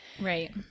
Right